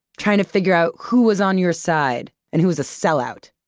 trying to figure out who was on your side, and who was a sellout.